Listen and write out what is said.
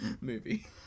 movie